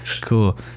Cool